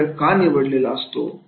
हा खेळ का निवडला असतो